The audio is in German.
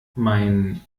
mein